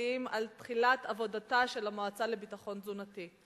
החברתיים על תחילת עבודתה של המועצה לביטחון תזונתי.